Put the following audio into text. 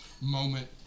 moment